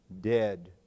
dead